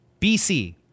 bc